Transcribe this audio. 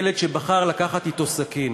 ילד שבחר לקחת אתו סכין.